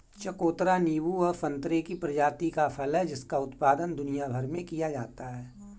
चकोतरा नींबू और संतरे की प्रजाति का फल है जिसका उत्पादन दुनिया भर में किया जाता है